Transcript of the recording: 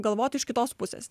galvot iš kitos pusės